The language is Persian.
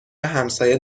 همسایه